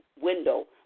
window